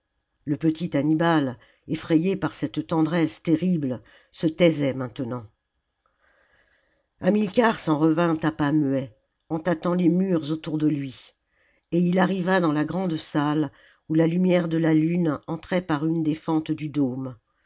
le petit hannibal effrayé par cette tendresse terrible se taisait maintenant hamilcar s'en revint à pas muets en tâtant les murs autour de lui et il arriva dans la grande salle où la lumière de la lune entrait par une des fentes du dôme